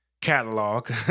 catalog